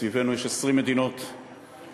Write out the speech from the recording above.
סביבנו יש 20 מדינות ערביות.